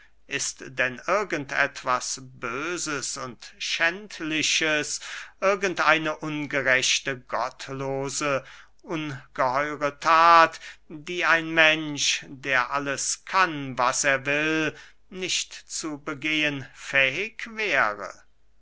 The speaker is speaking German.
ist denn irgend etwas böses und schändliches irgend eine ungerechte gottlose ungeheure that die ein mensch der alles kann was er will nicht zu begehen fähig wäre